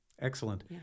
Excellent